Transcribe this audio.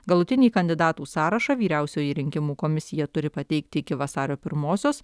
galutinį kandidatų sąrašą vyriausioji rinkimų komisija turi pateikti iki vasario pirmosios